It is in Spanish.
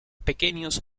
pequeños